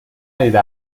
ندیده